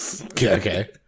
okay